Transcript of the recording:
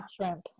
shrimp